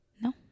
No